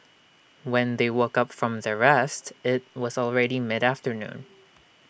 when they woke up from their rest IT was already mid afternoon